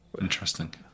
Interesting